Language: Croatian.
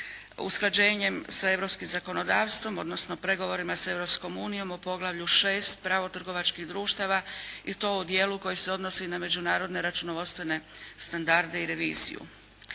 usklađenjem sa europskim zakonodavstvom, odnosno pregovorima sa Europskom unijom o Poglavlju VI. pravo trgovačkih društava i to u dijelu koji se odnosi na međunarodne računovodstvene standarde i reviziju.